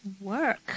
work